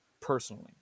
personally